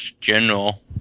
general